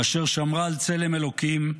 כאשר שמרה על צלם אלוקים,